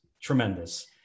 tremendous